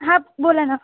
हां बोला ना